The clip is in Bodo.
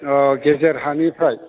औ गेजेर हानिफ्राय